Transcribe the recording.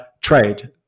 trade